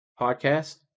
podcast